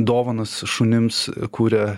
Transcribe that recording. dovanas šunims kuria